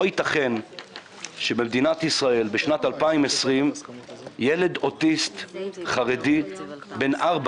לא ייתכן שבמדינת ישראל בשנת 2020 ילד אוטיסט חרדי בן ארבע